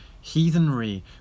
heathenry